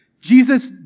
Jesus